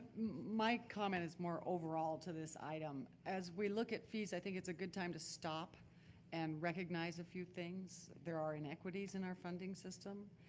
my comment is more overall to this item. as we look at fees, i think it's a good time to stop and recognize a few things that are in equities in our funding system.